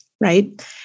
right